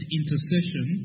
intercession